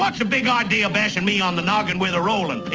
what's the big idea bashing me on the noggin with a rolling